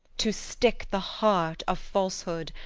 to stick the heart of falsehood,